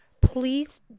please